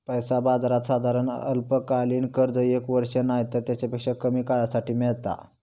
पैसा बाजारात साधारण अल्पकालीन कर्ज एक वर्ष नायतर तेच्यापेक्षा कमी काळासाठी मेळता